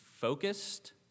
focused